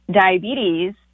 diabetes